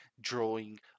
drawing